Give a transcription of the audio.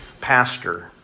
pastor